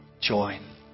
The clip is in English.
join